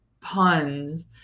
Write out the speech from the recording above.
puns